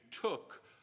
took